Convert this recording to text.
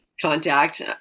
contact